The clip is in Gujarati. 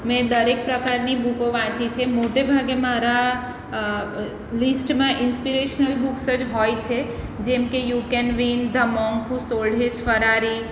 મેં દરેક પ્રકારની બુકો વાંચી છે મોટેભાગે મારા લિસ્ટમાં ઈન્સ્પિરેશનલ બુક્સ જ હોય છે જેમ કે you can win the monk who sold his Ferrari